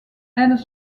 elles